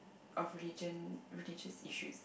of religion religious issues